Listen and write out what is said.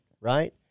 Right